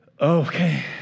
okay